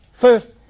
First